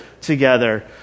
together